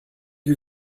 who